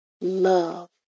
love